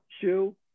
shoe